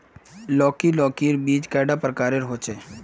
लौकी लौकीर बीज कैडा प्रकारेर होचे?